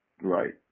Right